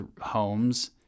homes